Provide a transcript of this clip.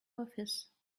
office